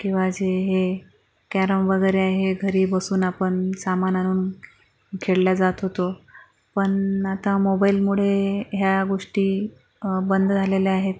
किंवा जे हे कॅरम वगैरे हे घरी बसून आपण सामान आणून खेळले जात होतो पण आता मोबाईलमुळे ह्या गोष्टी बंद झालेल्या आहेत